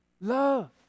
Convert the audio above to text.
Love